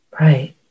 Right